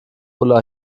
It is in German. ulla